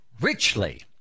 richly